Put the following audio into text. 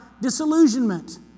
disillusionment